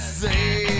say